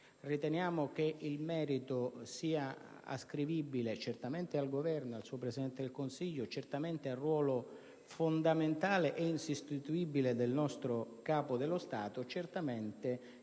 infatti, che il merito sia ascrivibile certamente al Governo e al Presidente del Consiglio; certamente al ruolo fondamentale ed insostituibile del nostro Capo dello Stato; certamente a